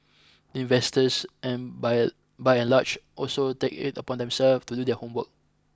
investors and by and by and large also take it upon themselves to do their homework